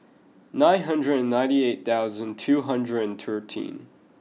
nine hundred and ninety eight thousand two hundred and thirteen